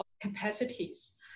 capacities